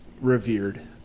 revered